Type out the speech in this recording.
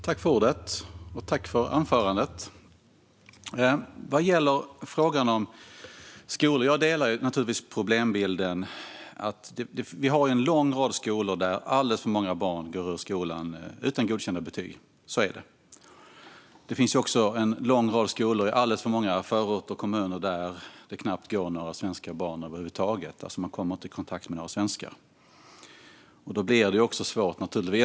Herr talman! Jag tackar ledamoten för anförandet! Vad gäller frågan om skolor delar jag naturligtvis problembilden att vi har en lång rad skolor där alldeles för många barn går ut skolan utan godkända betyg. Så är det. Det finns också en lång rad skolor i alldeles för många förorter och kommuner där det knappt går några svenska barn över huvud taget; man kommer alltså inte i kontakt med några svenskar. Då blir det svårt, naturligtvis.